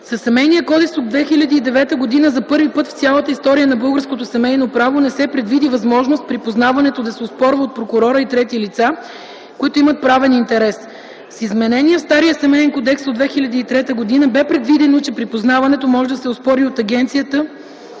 Със Семейния кодекс от 2009 г. за първи път в цялата история на българското семейно право не се предвиди възможност припознаването да се оспорва от прокурора и трети лица, които имат правен интерес. С изменение в стария Семеен кодекс от 2003 г. бе предвидено, че припознаването може да се оспори и от Агенцията